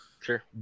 Sure